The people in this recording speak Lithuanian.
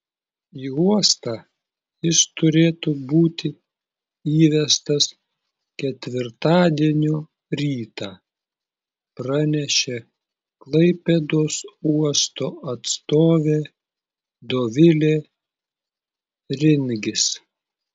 į uostą jis turėtų būti įvestas ketvirtadienio rytą pranešė klaipėdos uosto atstovė dovilė ringis